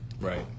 right